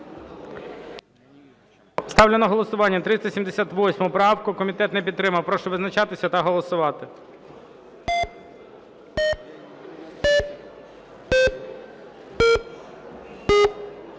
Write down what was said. Ставлю на голосування 414 правку. Комітетом не підтримана. Прошу визначатися та голосувати.